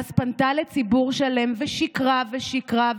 ואז פנתה לציבור שלם ושיקרה, ושיקרה,